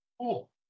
Cool